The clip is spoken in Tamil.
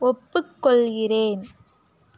ஒப்புக்கொள்கிறேன்